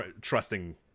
trusting